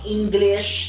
English